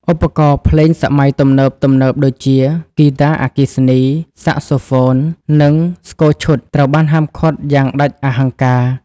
ឧបករណ៍ភ្លេងសម័យទំនើបៗដូចជា ហ្គីតាអគ្គិសនី សាក់សូហ្វូន និងស្គរឈុត ត្រូវបានហាមឃាត់យ៉ាងដាច់អហង្ការ។